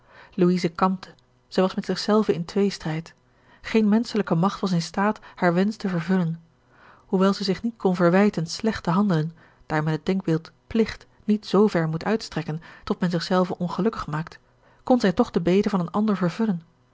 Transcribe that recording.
zij was met zich zelve in tweestrijd geene menschelijke magt was in staat haren wensch te vervullen hoewel zij zich niet kon verwijten slecht te handelen daar men het denkbeeld pligt niet zver moet uitstrekken tot men zich zelve ongelukkig maakt kon zij toch de bede van een ander vervullen